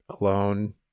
alone